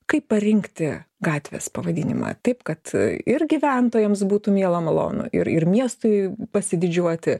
kaip parinkti gatvės pavadinimą taip kad ir gyventojams būtų miela malonu ir ir miestui pasididžiuoti